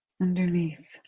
underneath